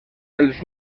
els